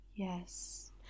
yes